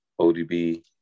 ODB